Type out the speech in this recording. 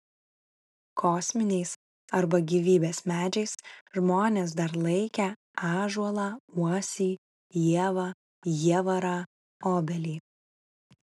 kosminiais arba gyvybės medžiais žmonės dar laikę ąžuolą uosį ievą jievarą obelį